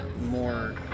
More